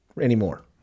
anymore